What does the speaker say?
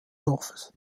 dorfes